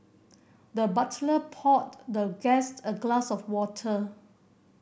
the butler poured the guest a glass of water